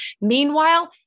Meanwhile